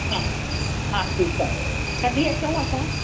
हा हा ठीकु आहे कॾहिं अचूं असां